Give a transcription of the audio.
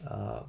um